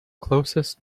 closest